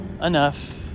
enough